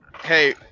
Hey